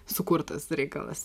sukurtas reikalas